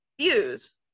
views